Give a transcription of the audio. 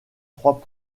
trois